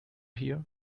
here